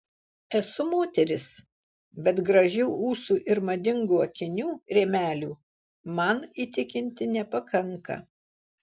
esu moteris bet gražių ūsų ir madingų akinių rėmelių man įtikinti nepakanka